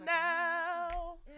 now